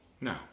No